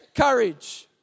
courage